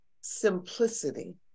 simplicity